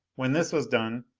when this was done,